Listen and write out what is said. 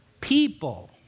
people